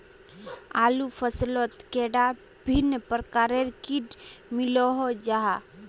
आलूर फसलोत कैडा भिन्न प्रकारेर किट मिलोहो जाहा?